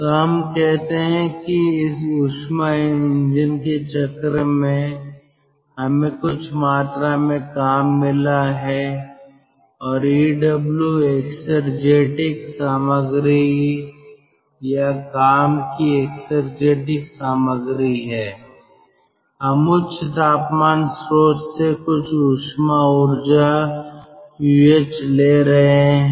तो हम कहते हैं कि इस ऊष्मा इंजन के चक्र में हमें कुछ मात्रा में काम मिला है और Ew एक्सेरजेटिक सामग्री या काम की एक्सेरजेटिक सामग्री है हम उच्च तापमान स्रोत से कुछ ऊष्मा ऊर्जा QH ले रहे हैं